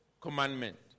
commandment